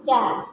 जा